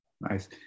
Nice